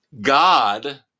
God